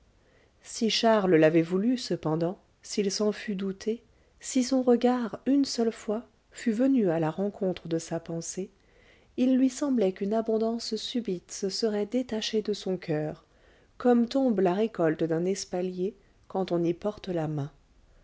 si charles l'avait voulu cependant s'il s'en fût douté si son regard une seule fois fût venu à la rencontre de sa pensée il lui semblait qu'une abondance subite se serait détachée de son coeur comme tombe la récolte d'un espalier quand on y porte la main